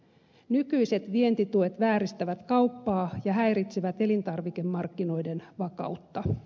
nykyiset vientituet vääristävät kauppaa ja häiritsevät elintarvikemarkkinoiden vakautta